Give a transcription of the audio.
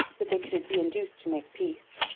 that they could be induced to make peace.